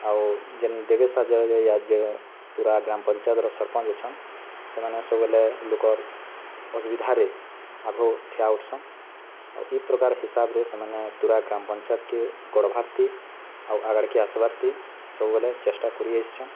ଆଉ ଯେନ୍ ଦେବେଶ୍ ତୁରା ଗ୍ରାମ ପଞ୍ଚାୟତର ସରପଞ୍ଚ ଅଛନ୍ ସେମାନେ ସବୁବେଲେ ଲୋକର୍ ଅସୁବିଧାରେ ଆଘ ଠିଆ ଉଠ୍ସନ୍ ଆଉ ଏ ପ୍ରକାର୍ ହିସାବରେ ସେମାନେ ତୁରା ଗ୍ରାମ ପଞ୍ଚାୟତ କେ ଗଢ଼୍ବାର ତି ଆଉ ଆଗାଡ଼କେ ଆସବାର୍ ତେ ସବୁବେଲେ ଚେଷ୍ଟା କରି ଆସିଛନ୍